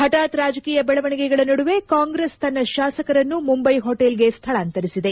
ಪರಾತ್ ರಾಜಕೀಯ ಬೆಳವಣಿಗೆಗಳ ನಡುವೆ ಕಾಂಗ್ರೆಸ್ ತನ್ನ ಶಾಸಕರನ್ನು ಮುಂಬೈ ಹೋಟೆಲ್ಗೆ ಸ್ಥಳಾಂತರಿಸಿದೆ